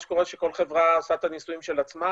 שקורה שכל חברה עושה את הניסויים של עצמה